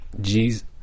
Jesus